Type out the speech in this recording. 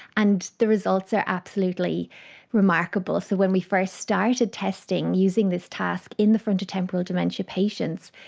and the results are absolutely remarkable. so when we first started testing using this task in the frontotemporal dementia patients,